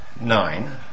nine